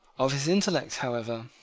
of his intellect, however,